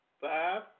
Five